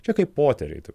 čia kaip poteriai taip